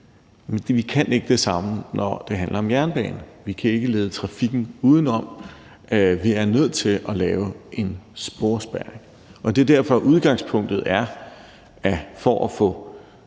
Vi kan ikke det samme, når det handler om jernbane. Vi kan ikke lede trafikken udenom. Vi er nødt til at lave en sporspærring. Det er derfor, udgangspunktet er, at for at få